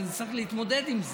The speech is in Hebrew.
אנחנו נצטרך להתמודד עם זה.